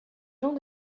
gens